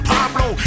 Pablo